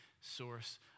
source